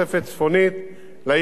מכל מה שאני מתאר כאן,